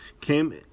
came